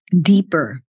deeper